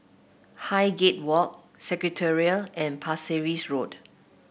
Highgate Walk Secretariat and Pasir Ris Road